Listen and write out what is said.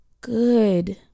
good